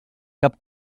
cap